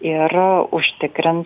ir užtikrins